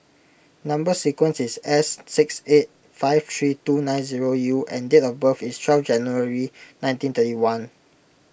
Number Sequence is S six eight five three two nine zero U and date of birth is twelve January nineteen thirty one